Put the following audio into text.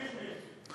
בוכרא פי אל-משמש.